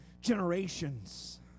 generations